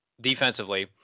defensively